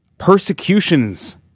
persecutions